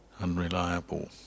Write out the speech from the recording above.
Unreliable